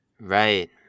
right